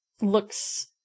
looks